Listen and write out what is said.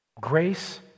Grace